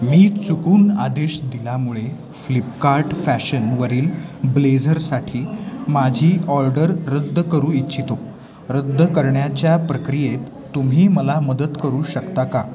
मी चुकून आदेश दिल्यामुळे फ्लिपकार्ट फॅशनवरील ब्लेझरसाठी माझी ऑर्डर रद्द करू इच्छितो रद्द करण्याच्या प्रक्रियेत तुम्ही मला मदत करू शकता का